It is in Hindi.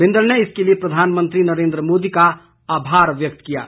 बिंदल ने इसके लिए प्रधानमंत्री नरेन्द्र मोदी का आभार व्यक्त किया है